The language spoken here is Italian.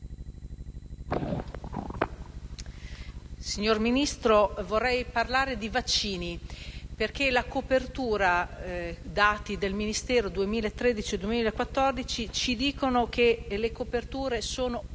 Signor Ministro, vorrei parlare di vaccini, perché i dati del Ministero 2013-2014 ci dicono che le coperture sono